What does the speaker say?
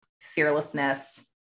fearlessness